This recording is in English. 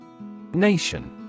Nation